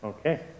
Okay